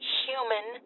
human